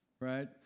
right